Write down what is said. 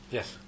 Yes